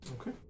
Okay